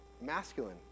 masculine